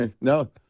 No